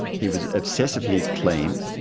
he was obsessively clean.